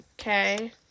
Okay